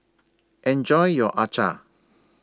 Enjoy your Acar